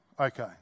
okay